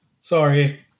Sorry